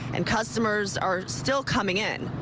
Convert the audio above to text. and customers are still coming in.